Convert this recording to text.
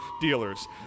dealers